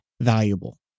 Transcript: valuable